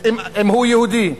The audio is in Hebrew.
אם הוא גבר יהודי,